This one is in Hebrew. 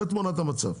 זו תמונת המצב.